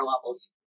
levels